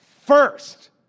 first